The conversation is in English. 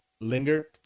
linger